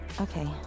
okay